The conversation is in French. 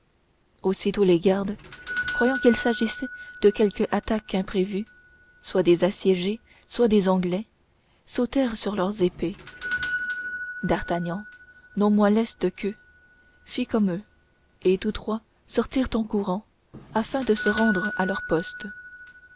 aussitôt les gardes croyant qu'il s'agissait de quelque attaque imprévue soit des assiégés soit des anglais sautèrent sur leurs épées d'artagnan non moins leste fit comme eux et tous trois sortirent en courant afin de se rendre à leurs postes